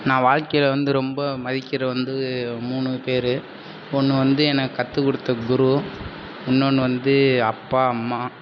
நான் வாழ்க்கையில் வந்து ரொம்ப மதிக்கிற வந்து மூணு பேரு ஒன்று வந்து எனக்கு கற்றுக் குடுத்த குரு இன்னொன்று வந்து அப்பா அம்மா